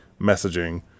messaging